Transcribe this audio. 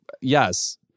Yes